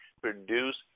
produce